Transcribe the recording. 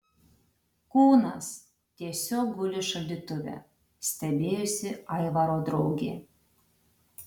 kūnas tiesiog guli šaldytuve stebėjosi aivaro draugė